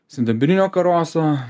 sidabrinio karoso